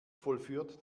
vollführt